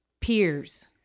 peers